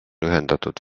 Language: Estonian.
ühendatud